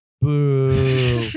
Boo